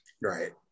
Right